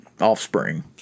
offspring